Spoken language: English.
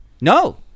No